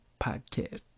podcast